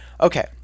okay